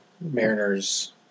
Mariners